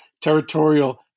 territorial